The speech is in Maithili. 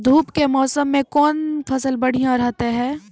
धूप के मौसम मे कौन फसल बढ़िया रहतै हैं?